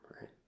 right